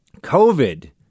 COVID